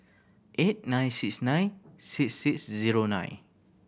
eight nine six nine six six zero nine